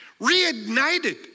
reignited